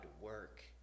work